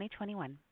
2021